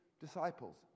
disciples